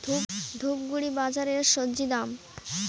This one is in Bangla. ধূপগুড়ি বাজারের স্বজি দাম?